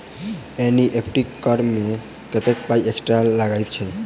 NEFT करऽ मे कत्तेक पाई एक्स्ट्रा लागई छई?